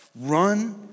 run